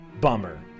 bummer